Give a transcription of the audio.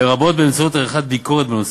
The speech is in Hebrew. לרבות באמצעות עריכת ביקורת בנושא.